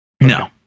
no